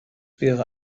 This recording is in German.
wäre